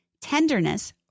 tenderness